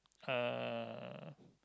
uh